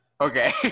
Okay